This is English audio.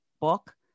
book